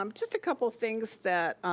um just a couple things that,